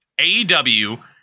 AEW